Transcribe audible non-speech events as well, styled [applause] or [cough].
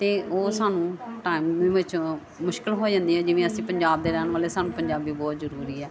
ਅਤੇ ਉਹ ਸਾਨੂੰ [unintelligible] ਵਿੱਚ ਮੁਸ਼ਕਿਲ ਹੋ ਜਾਂਦੀ ਜਿਵੇਂ ਅਸੀਂ ਪੰਜਾਬ ਦੇ ਰਹਿਣ ਵਾਲੇ ਸਾਨੂੰ ਪੰਜਾਬੀ ਬਹੁਤ ਜ਼ਰੂਰੀ ਹੈ